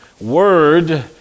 word